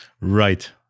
Right